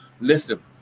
Listen